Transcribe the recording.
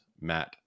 Matt